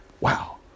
Wow